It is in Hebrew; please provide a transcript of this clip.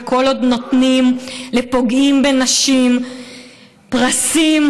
וכל עוד נותנים לפוגעים בנשים פרסים,